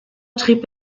trieb